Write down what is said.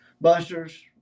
busters